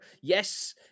yes